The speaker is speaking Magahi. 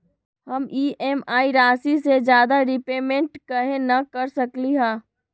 हम ई.एम.आई राशि से ज्यादा रीपेमेंट कहे न कर सकलि ह?